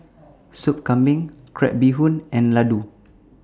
Sup Kambing Crab Bee Hoon and Laddu